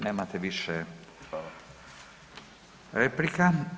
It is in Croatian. Nemate više replika.